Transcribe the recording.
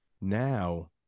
Now